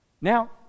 Now